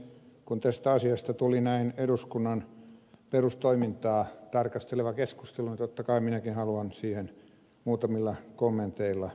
kun tästä asiasta tuli eduskunnan perustoimintaa tarkasteleva keskustelu niin totta kai minäkin haluan siihen muutamilla kommenteilla osallistua